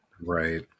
Right